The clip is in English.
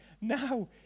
now